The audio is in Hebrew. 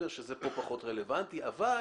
שזה כאן פחות רלוונטי, אבל